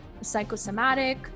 psychosomatic